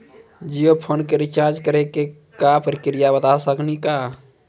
Jio phone के recharge करे के का प्रक्रिया बता साकिनी का?